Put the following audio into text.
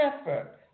effort